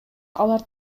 алар